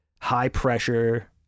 high-pressure